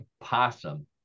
possum